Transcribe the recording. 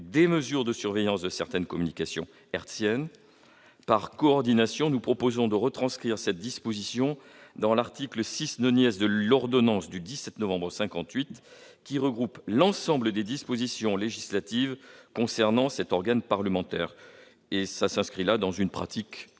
Des mesures de surveillance de certaines communications hertziennes ». Par coordination, nous proposons de retranscrire cette disposition dans l'article 6 de l'ordonnance du 17 novembre 1958, qui regroupe l'ensemble des dispositions législatives concernant cet organe parlementaire. Quel est l'avis de la commission